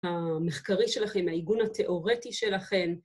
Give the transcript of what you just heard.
‫המחקרי שלכם, ‫העיגון התיאורטי שלכם.